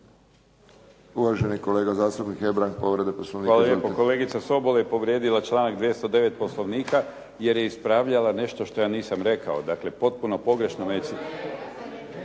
Uvaženi kolega zastupnik Hebrang, povreda Poslovnika. **Hebrang, Andrija (HDZ)** Hvala lijepo. Kolegica Sobol je povrijedila članak 209. Poslovnika jer je ispravljala nešto što ja nisam rekao. Dakle, potpuno pogrešno me